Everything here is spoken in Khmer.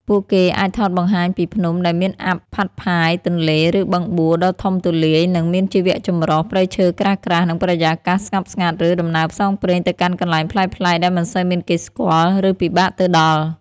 ពួកគេអាចថតបង្ហាញពី ភ្នំ ដែលមានអ័ព្ទផាត់ផាយ ទន្លេ ឬ បឹងបួ ដ៏ធំទូលាយ និងមានជីវចម្រុះ ព្រៃឈើក្រាស់ៗ និងបរិយាកាសស្ងប់ស្ងាត់ ឬ ដំណើរផ្សងព្រេងទៅកាន់កន្លែងប្លែកៗដែលមិនសូវមានគេស្គាល់ ឬពិបាកទៅដល់។